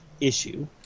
issue